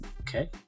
okay